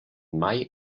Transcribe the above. mai